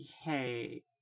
hey